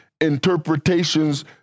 interpretations